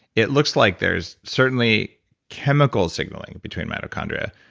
it looks like there's certainly chemical signaling between mitochondria.